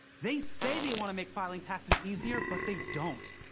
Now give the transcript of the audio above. they say they want to make filing taxes easier, but they don't.